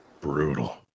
Brutal